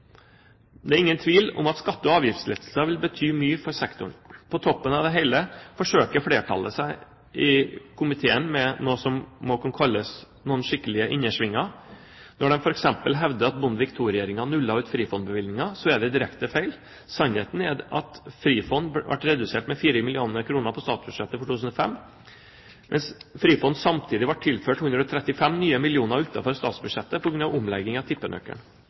Det er ingen tvil om at skatte- og avgiftslettelser vil bety mye for sektoren. På toppen av det hele forsøker flertallet i komiteen seg med noe som må kunne kalles noen skikkelige innersvinger. Når det f.eks. hevder at Bondevik II-regjeringen nullet ut Frifond-bevilgningen, er det direkte feil. Sannheten er at Frifond ble redusert med 4 mill. kr på statsbudsjettet for 2005, mens Frifond samtidig ble tilført 135 nye millioner utenfor statsbudsjettet på grunn av omlegging av tippenøkkelen.